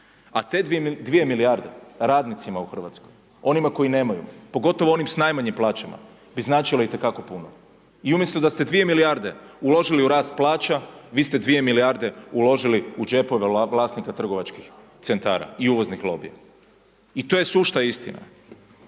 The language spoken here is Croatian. A te 2 milijarde radnicima u Hrvatskoj, onima koji nemaju pogotovo onim s najmanjim plaćama bi značilo i te kako puno. I umjesto da ste 2 milijarde uložili u rast plaća vi ste 2 milijarde uložili u džepove vlasnika trgovačkih centara i uvoznih lobija. I to je sušta istina.